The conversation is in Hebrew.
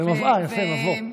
כמובן, גם מבוא.